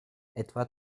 etwa